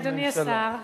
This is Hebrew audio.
אדוני השר,